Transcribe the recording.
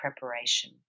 preparation